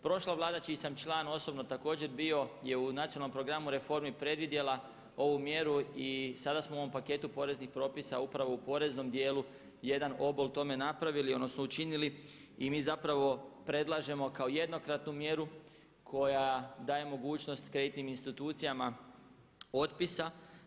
Prošla vlada čiji sam član osobno također bio je u nacionalnom programu, reformi predvidjela ovu mjeru i sada smo u ovom paketu poreznih propisa upravo u poreznom dijelu jedan obol tome napravili odnosno učinili i mi predlažemo kao jednokratnu mjeru koja daje mogućnost kreditnim institucijama otpisa.